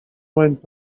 went